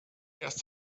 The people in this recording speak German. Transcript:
erst